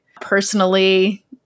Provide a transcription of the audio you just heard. Personally